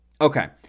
Okay